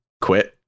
quit